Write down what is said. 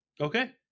okay